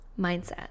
mindset